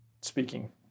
speaking